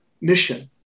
mission